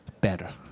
better